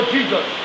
Jesus